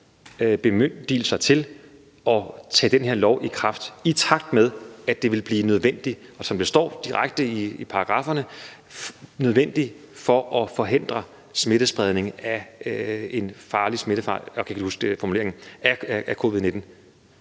bemyndigelser til at tage den her lov i kraft, i takt med at det vil blive nødvendigt, som det står direkte i paragrafferne, for at forhindre smittespredning af en alment farlig sygdom, her covid-19.